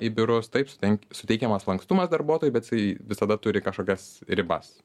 į biurus taip suteikiamas lankstumas darbuotojui bet jis visada turi kažkokias ribas